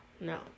No